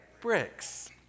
bricks